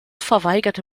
verweigerte